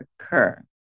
occur